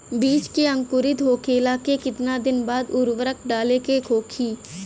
बिज के अंकुरित होखेला के कितना दिन बाद उर्वरक डाले के होखि?